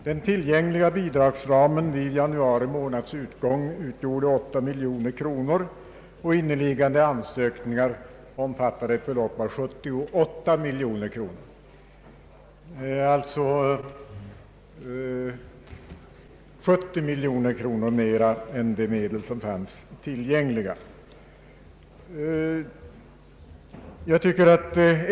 Den tillgängliga bidragsramen utgjorde vid januari månads utgång 8 miljoner kronor, och inneliggande ansökningar omfattade ett belopp av 78 miljoner kronor, alltså 70 miljoner kronor mer än som fanns tillgängligt.